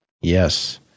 Yes